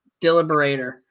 Deliberator